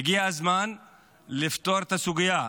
הגיע הזמן לפתור את הסוגיה,